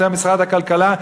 יותר משרד הכלכלה,